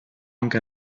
anche